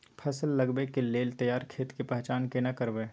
फसल लगबै के लेल तैयार खेत के पहचान केना करबै?